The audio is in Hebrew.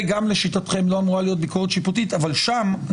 לשיטתכם, גם פה לא